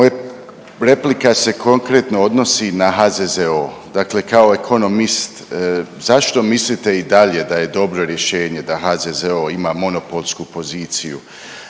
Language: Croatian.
Moja replika se konkretno odnosi na HZZO, dakle kao ekonomist zašto mislite i dalje da je dobro rješenje da HZZO ima monopolsku poziciju